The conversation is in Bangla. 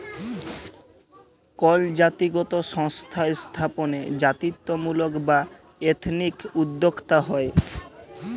কল জাতিগত সংস্থা স্থাপনে জাতিত্বমূলক বা এথনিক উদ্যক্তা হ্যয়